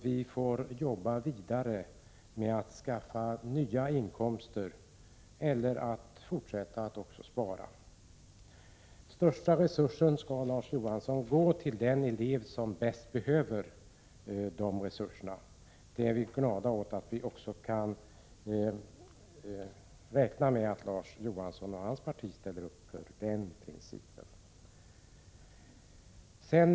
Vi får således jobba vidare när det gäller att hitta nya inkomster eller också får vi fortsätta att spara. De största resurserna, Larz Johansson, skall de elever ha som bäst behöver dem. Vi är glada om Larz Johansson och hans parti också handlar efter den principen.